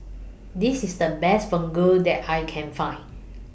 This IS The Best Fugu that I Can Find